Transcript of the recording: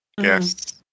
Yes